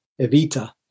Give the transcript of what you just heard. evita